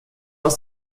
aus